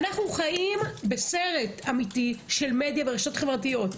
אנחנו חיים בסרט אמיתי של מדיה ורשתות חברתיות.